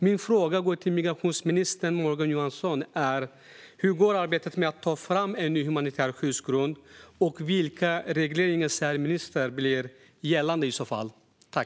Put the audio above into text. Min fråga till migrationsminister Morgan Johansson är: Hur går arbetet med att ta fram en ny humanitär skyddsgrund, och vilka regleringar tror ministern i så fall blir gällande?